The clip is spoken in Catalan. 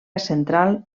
central